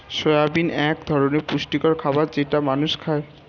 soybean এক ধরনের পুষ্টিকর খাবার যেটা মানুষ খায়